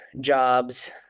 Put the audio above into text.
jobs